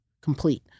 complete